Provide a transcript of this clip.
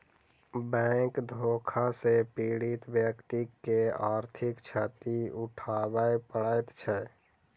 bank धोखा सॅ पीड़ित व्यक्ति के आर्थिक क्षति उठाबय पड़ैत छै